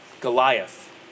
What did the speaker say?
Goliath